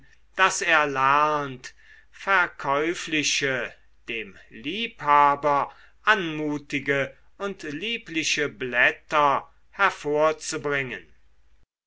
daß er lernt verkäufliche dem liebhaber anmutige und liebliche blätter hervorzubringen